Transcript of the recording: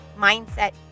mindset